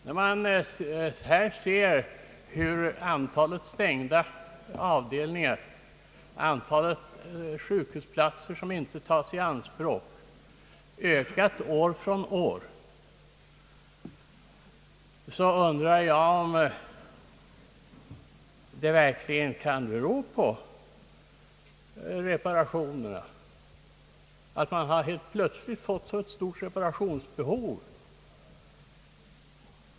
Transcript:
När jag här ser hur antalet stängda avdelningar och därmed antalet sjukhusplatser som inte tas i anspråk ökat från år till år, undrar jag om det verkligen kan bero på att man helt plötsligt har fått så stort reparationsbehov.